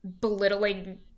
belittling